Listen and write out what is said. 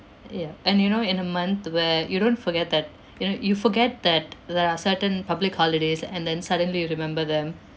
ya and you know in a month where you don't forget that you know you forget that there are certain public holidays and then suddenly remember them